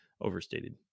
Overstated